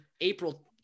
April